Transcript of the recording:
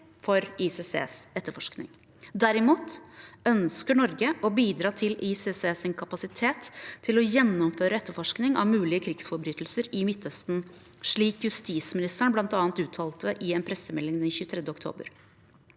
for ICCs etterforskning. Derimot ønsker Norge å bidra til ICCs kapasitet til å gjennomføre etterforskning av mulige krigsforbrytelser i Midtøsten, slik justisministeren bl.a. uttalte i en pressemelding 23. oktober.